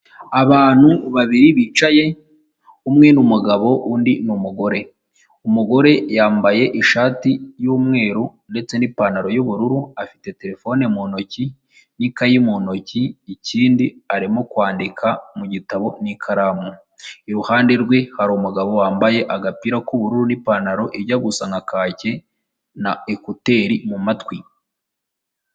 Abantu babiri bicaye, umwe n'umugabo undi n'umugore, umugore yambaye ishati y'umweru ndetse n'ipantaro y'ubururu afite telefone mu ntoki n'ikayi mu ntoki ikindi arimo kwandika mu gitabo n'ikaramu, iruhande rwe hariru umugabo wambaye agapira k'ubururu niipantaro ijya gusa nka kake na ekuteri mumatwi.